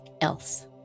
else